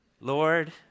Lord